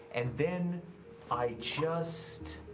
and then i just.